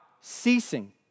ceasing